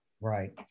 Right